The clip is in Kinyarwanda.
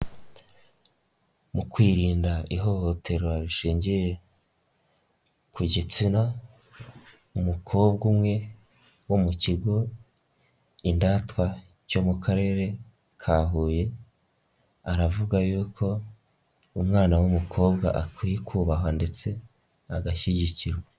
Mu kwirinda ihohoterwa rishingiye ku gitsina, umukobwa umwe wo mu kigo Indatwa cyo mu karere ka Huye, aravuga yuko umwana w'umukobwa akwiye kubahwa ndetse agashyigikirwa.